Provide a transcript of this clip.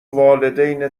والدین